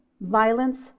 violence